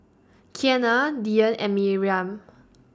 Kianna Dyan and Miriam